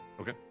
Okay